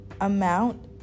amount